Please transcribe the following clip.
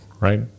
Right